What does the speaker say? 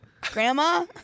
Grandma